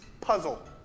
puzzle